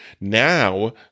Now